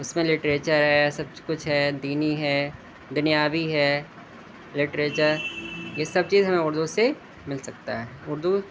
اس میں لٹریچر ہے سب کچھ ہے دینی ہے دنیاوی ہے لٹریچر یہ سب چیز ہمیں اردو سے مل سکتا ہے اردو